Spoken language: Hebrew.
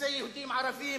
יחסי יהודים-ערבים,